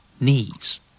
Knees